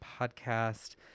Podcast